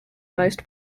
most